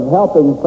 helping